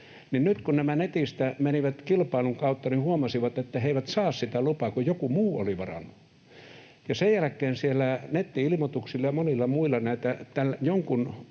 nyt kun nämä netissä menivät kilpailun kautta, huomasivat, että he eivät saa sitä lupaa, kun joku muu oli varannut sen, ja sen jälkeen siellä netti-ilmoituksilla ja monilla muilla jonkun